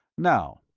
now,